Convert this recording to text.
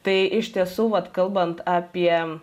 tai iš tiesų vat kalbant apie